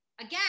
Again